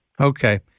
Okay